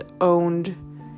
owned